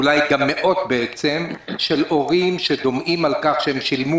ואולי גם מאות הורים שדומעים על כך שהם שילמו